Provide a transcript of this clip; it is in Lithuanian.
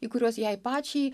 į kuriuos jai pačiai